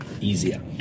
easier